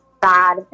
bad